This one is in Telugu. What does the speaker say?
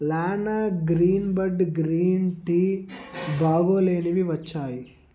లానా గ్రీన్ బడ్ గ్రీన్ టీ బాగోలేనివి వచ్చాయి